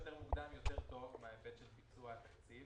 כמה שיותר מוקדם יותר טוב מן ההיבט של ביצוע התקציב,